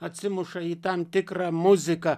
atsimuša į tam tikrą muziką